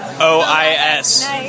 O-I-S